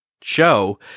show